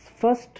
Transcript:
first